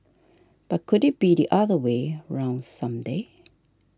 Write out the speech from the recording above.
but could it be the other way round some day